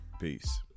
Peace